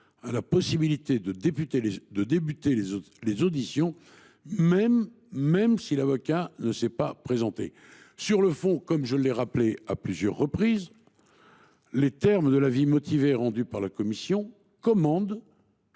à la possibilité de commencer les auditions, même si l’avocat ne s’est pas présenté. Sur le fond, comme je l’ai rappelé à plusieurs reprises, les termes de l’avis motivé rendu par la Commission européenne